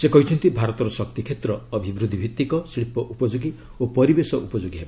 ସେ କହିଛନ୍ତି ଭାରତର ଶକ୍ତି କ୍ଷେତ୍ର ଅଭିବୃଦ୍ଧି ଭିତ୍ତିକ ଶିଳ୍ପ ଉପଯୋଗୀ ଓ ପରିବେଶ ଉପଯୋଗୀ ହେବ